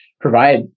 provide